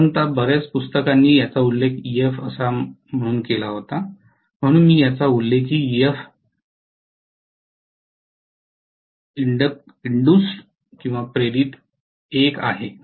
साधारणत बर्याच पुस्तकांनी याचा उल्लेख Ef म्हणून केला होता म्हणून मी याचा उल्लेखही Ef इंड्यूज्ड एक आहे